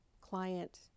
client